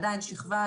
עדיין זו שכבה,